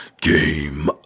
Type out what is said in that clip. game